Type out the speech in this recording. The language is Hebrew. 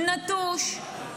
נטוש,